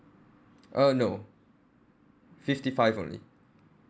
uh no fifty five only